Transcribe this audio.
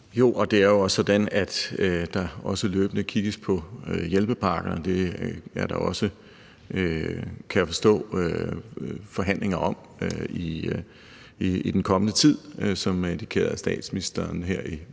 Jo, det er jo også sådan, at der løbende kigges på hjælpepakkerne. Det er der også, kan jeg også forstå, forhandlinger om i den kommende tid som indikeret af statsministeren her i